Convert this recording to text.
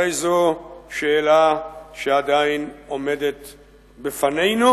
הרי זו שאלה שעדיין עומדת בפנינו,